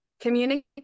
Communicate